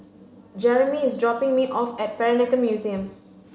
Jeremy is dropping me off at Peranakan Museum